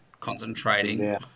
concentrating